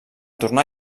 tornar